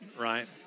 right